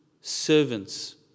servants